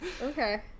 Okay